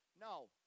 No